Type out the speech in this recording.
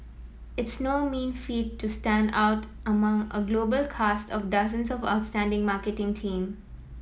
it's no mean feat to stand out among a global cast of dozens of outstanding marketing team